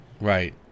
right